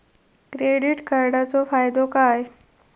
Credit कार्डाचो फायदो काय?